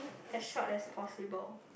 as short as possible